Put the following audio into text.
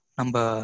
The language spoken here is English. number